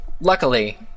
Luckily